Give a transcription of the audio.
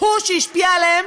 הוא שהשפיע עליהם,